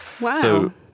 Wow